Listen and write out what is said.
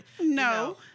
no